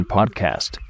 Podcast